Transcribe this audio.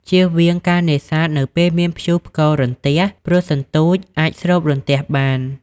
ជៀសវាង ការនេសាទនៅពេលមានព្យុះផ្គររន្ទះ ព្រោះសន្ទូចអាចស្រូបរន្ទះបាន។